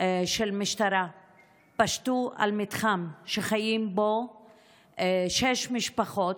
של משטרה פשטו על מתחם שחיות בו שש משפחות.